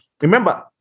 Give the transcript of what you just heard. remember